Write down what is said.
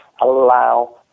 allow